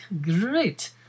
great